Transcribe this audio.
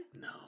No